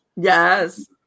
Yes